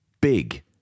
Big